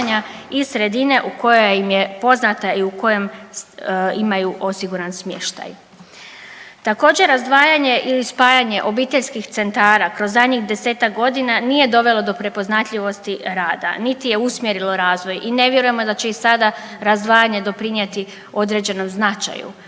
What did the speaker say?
iz sredine koja im je poznata i u kojem imaju osiguran smještaj. Također, razdvajanje ili spajanje obiteljskih centara kroz zadnjih 10-ak godina nije dovelo do prepoznatljivosti rada niti je usmjerilo razvoj i ne vjerujemo da će i sada razdvajanje doprinijeti određenom značaju